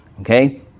Okay